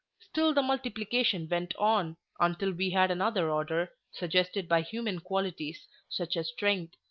still the multiplication went on until we had another order, suggested by human qualities, such as strength,